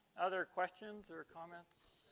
other questions or comments